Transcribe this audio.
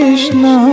Krishna